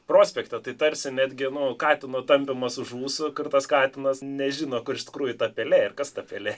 prospekto tai tarsi netgi to katino tampymas už ūsų kartais katinas nežino kur iš tikrųjų ta pelė ir kas ta pelė